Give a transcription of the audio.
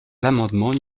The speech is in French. l’amendement